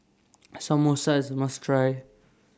Samosa IS must Try